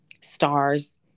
stars